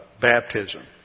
baptism